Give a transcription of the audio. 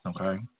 okay